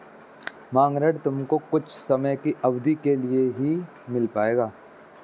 मांग ऋण तुमको कुछ समय की अवधी के लिए ही मिल पाएगा